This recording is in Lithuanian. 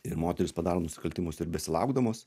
ir moterys padaro nusikaltimus ir besilaukdamos